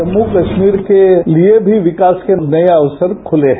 जम्म कश्मीर के लिए भी विकास के नए अवसर खूले हैं